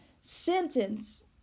sentence